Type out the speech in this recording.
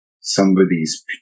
somebody's